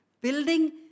building